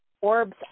orbs